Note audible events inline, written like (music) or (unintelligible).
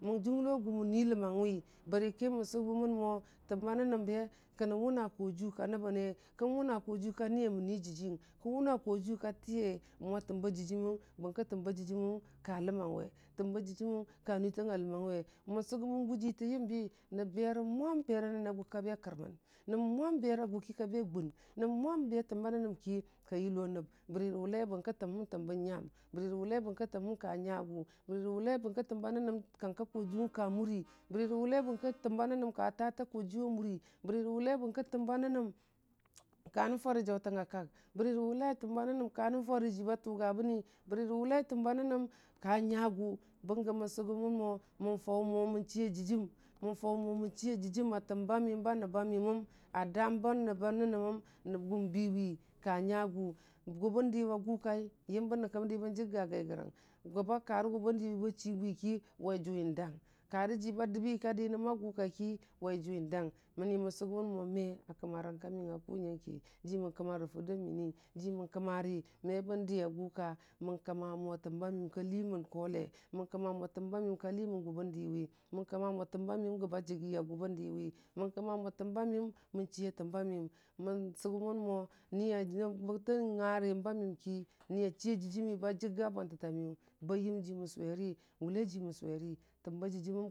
Mən jʊnglo gʊ mən nui ləməngwi bərəki mən sʊgʊmənmo təmba nənəmbe kənə wʊna tajiyʊ kə nəbəne, kən wʊna tatiyʊ kə nəye mən nii jijiyəng kən wʊna fajiyʊ kə təye mʊwə təmba dəjiməng bər ki təmba dəjiməm ka ləmang we təmba dəyiməm ka nui tang a ləmangwe, mən sʊgʊmən gʊji tə yiimbi, nəm beri mʊam, berə nəni a gʊki ka be kərmən, nəm mʊam berə gʊki ka be gʊʊn, nəb muəma ba təmba nənəmki kayilo nəb bərə wulai? bərə ki təmhəm təmbe nyəm, bərə wʊlai? bərə ki təmhəm ka nyagʊ, bərə wʊlai? bəra ki təmbə nənəm kəəng kə təyi yʊng kə mʊri, bərə wuləi? bərki təmbə nəməm kə tətə təəjiyʊnga muri bərwuləi? bərki təmbə nənəm kənə fərə jəutəng ə kəək, berə wʊləi? bərki təmbə nənəm kanə farə jii wʊ bə ʊgəbəni, berə wʊləi? bərki təmba nənəm kə nyəɣ, bəngə mənsʊ gʊmən ma mən fəʊ mo mən chii a dəjim, mən fəʊmo mən chii dəjim atəmbə məyəm bə nəbbə mayem əny a dəəmbə nəbbə nənəməng, gem bʊiwi kə nyagʊ, gʊbən diwə ya kaɨ nyimbə nyinkə bən yigi bən jiiygə gəirəngəng, kərə yʊ bəndii bən chii wi ki? wəi jʊʊwi nəəng kə rə jii wu bə dəbi a dirəmə agʊkə dəəng ki wəi jʊʊwi nəəng. Məni mən sugʊmən mo me kərang ka məyang a kʊ nyangke jiimən kəma ra fʊrdə minii jii mən kəmarə, mə bən diyə gʊka mən kəma mo təmbə məyəm kə limən (unintelligible) mən kəma mo təmbə miiyəm ka ləmən gʊbən diiwi, mən kəma motəmbə məyəm gəbə jigi a gʊbən diiwi mən kmməh mo təmbə məyəm mən chii ə təmbə məyəm. mən sʊgʊ mən mo bətə ngərə yəmbə məyəm ki, niyə chii yə təmbə dəyim me ki bə jigyə bʊəntə tə məyʊ bə yəmji mən sʊweri wʊləi ji mən sʊweri.